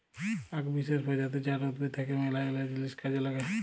আক বিসেস প্রজাতি জাট উদ্ভিদ থাক্যে মেলাগিলা জিনিস কাজে লাগে